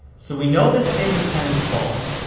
so we know that statement ten is false,